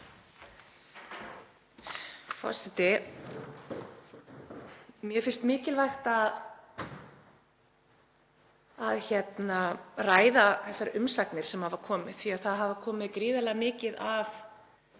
Forseti. Mér finnst mikilvægt að ræða þessar umsagnir sem hafa komið því að það hafa komið gríðarlega mikið af